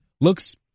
looks